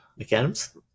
McAdams